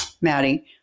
Maddie